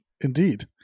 indeed